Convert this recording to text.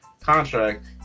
contract